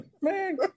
man